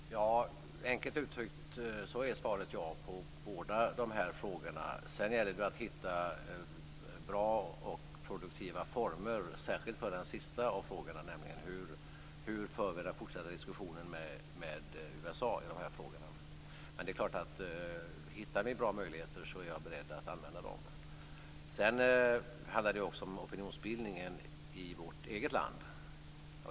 Fru talman! Enkelt uttryckt är svaret ja på båda frågorna. Sedan gäller det att hitta bra och produktiva former särskilt vad gäller den sista av frågorna, nämligen hur vi skall föra den fortsatta diskussionen med USA i dessa frågor. Hittar vi bra möjligheter är det klart att jag är beredd att använda dem. Det handlar också om opinionsbildningen i vårt eget land.